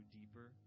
deeper